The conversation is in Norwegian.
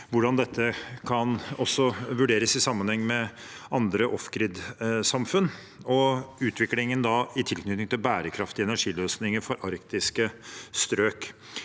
hvordan dette også kan vurderes i sammenheng med andre «off-grid»-samfunn og utviklingen i tilknytning til bærekraftige energiløsninger for arktiske strøk.